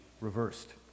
reversed